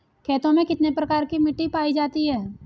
खेतों में कितने प्रकार की मिटी पायी जाती हैं?